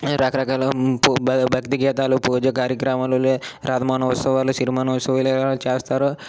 రకరకాల పూ భ భక్తి గీతాలు పూజ కార్యక్రమాలు లే రధమనోత్సవాలు సినిమనోత్సవాలు ఇలాగ చేస్తారు